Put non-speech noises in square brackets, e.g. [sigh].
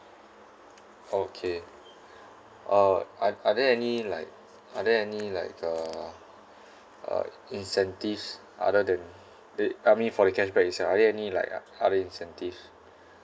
okay uh are are there any like are there any like a [breath] uh incentives other than the I mean for the cashback itself are there any like o~ other incentive